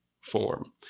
form